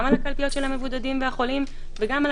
גם על הקלפיות של המבודדים והחולים וגם על